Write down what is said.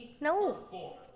No